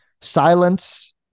silence